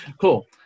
Cool